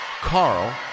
Carl